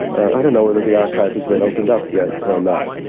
i don't know whether the archive has been opened up yet or not.